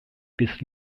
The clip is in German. bis